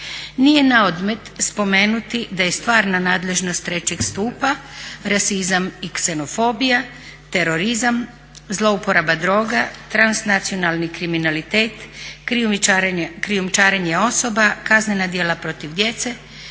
Nije na odmet spomenuti da je stvarna nadležnost trećeg stupa rasizam i ksenofobija, terorizam, zloupotreba droga, transnacionalni kriminalitet, krijumčarenje osoba, kaznena djela protiv djece,